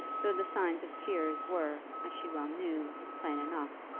though the signs of tears were, as she well knew, plain enough.